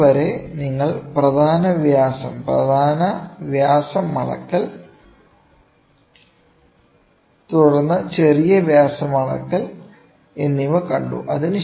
ഇപ്പോൾ വരെ നിങ്ങൾ പ്രധാന വ്യാസം പ്രധാന വ്യാസം അളക്കൽ തുടർന്ന് ചെറിയ വ്യാസം അളക്കൽ എന്നിവ കണ്ടു